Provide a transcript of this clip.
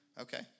Okay